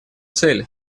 цель